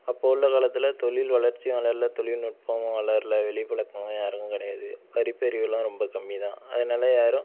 அப்போது உள்ள காலத்தில் தொழில் வளர்ச்சியும் வளரல தொழில்நுட்பமும் வளரல வெளிப்பழக்கமும் யாருக்கும் கிடயாது படிப்பறிவுலாம் ரொம்ப கம்மிதான் அதனால யாரும்